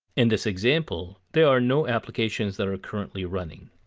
in this example, there are no applications that are currently running.